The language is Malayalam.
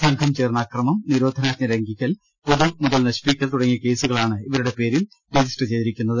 സംഘം ചേർന്ന് അക്രമം നിരോധനാജ്ഞ ലംഘിക്കൽ പൊതുമുതൽ നശിപ്പിക്കൽ തുടങ്ങിയ കേസുകളാണ് ഇവരുടെ പേരിൽ രജിസ്റ്റർ ചെയ്തിരിക്കുന്നത്